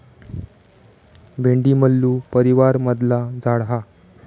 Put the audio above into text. भेंडी मल्लू परीवारमधला झाड हा